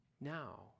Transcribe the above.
now